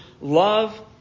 love